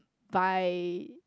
buy